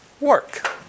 work